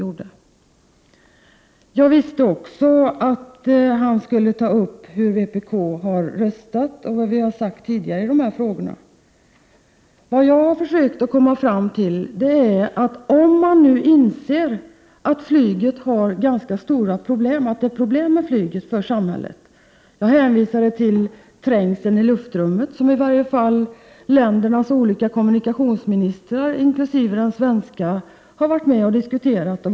Jag visste också att Sven-Gösta Signell skulle ta upp hur vi i vpk röstat och vad vi tidigare har sagt när det gäller dessa frågor. Jag har försökt att komma fram till att om man nu inser att flyget medför ganska stora problem för samhället — jag hänvisade till trängseln i luftrummet, som i varje fall de olika ländernas kommunikationsministrar, inkl. den svenska, har diskuterat och varit överens om.